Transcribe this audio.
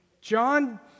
John